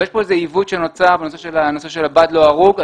יש כאן איזשהו עיוות שנוצר בנושא של הבד הלא ארוג,